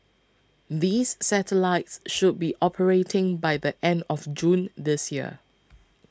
these satellites should be operating by the end of June this year